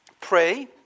pray